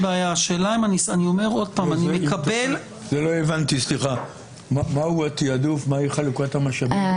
לא הבנתי מה הוא התעדוף, מה היא חלוקת המשאבים.